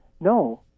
No